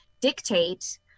dictate